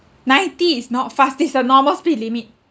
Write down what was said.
ninety is not fast this the normal speed limit